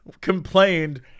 complained